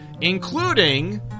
Including